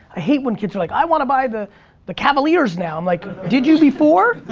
i hate when kids are like i want to buy the the cavaliers now! i'm like did you before?